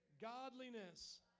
Godliness